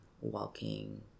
walking